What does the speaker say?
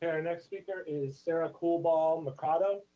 our next speaker is sarah coolball macado.